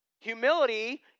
Humility